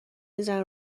میزنه